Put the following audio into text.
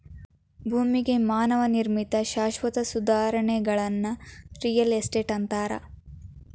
ಭೂಮಿಗೆ ಮಾನವ ನಿರ್ಮಿತ ಶಾಶ್ವತ ಸುಧಾರಣೆಗಳನ್ನ ರಿಯಲ್ ಎಸ್ಟೇಟ್ ಅಂತಾರ